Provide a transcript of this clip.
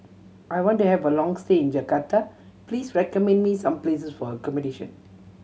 I want to have a long stay in Jakarta Please recommend me some places for accommodation